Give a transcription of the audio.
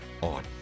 on